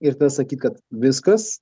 ir tada sakyt kad viskas